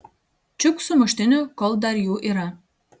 čiupk sumuštinį kol dar jų yra